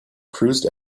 cruised